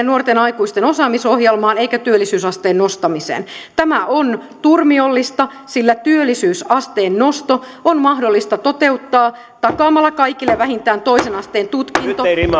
nuorten aikuisten osaamisohjelmaan eikä työllisyysasteen nostamiseen tämä on turmiollista sillä työllisyysasteen nosto on mahdollista toteuttaa takaamalla kaikille vähintään toisen asteen tutkinto nyt ei